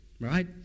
right